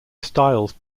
styles